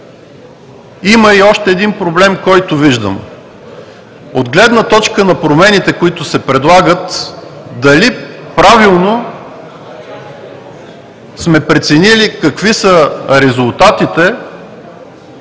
има и още един проблем, който виждам. От гледна точка на промените, които се предлагат, дали правилно сме преценили какви са очакваните